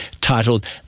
titled